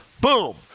Boom